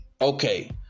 Okay